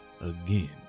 again